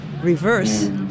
reverse